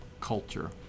culture